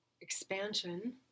expansion